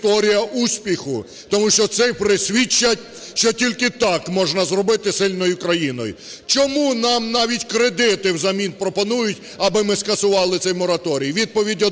Тому що цифри свідчать, що тільки так можна зробити сильною країну. Чому нам навіть кредити взамін пропонують, аби ми скасували цей мораторій? Відповідь одна.